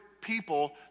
people